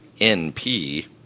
NP